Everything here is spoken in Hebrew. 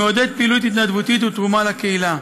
מעודד פעילות התנדבותית ותרומה לקהילה.